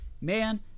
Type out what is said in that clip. Man